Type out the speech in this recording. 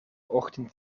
ochtend